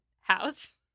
house